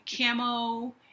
camo